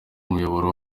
umuyoboro